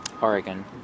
Oregon